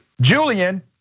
Julian